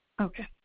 Okay